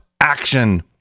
action